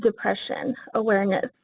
depression, awareness.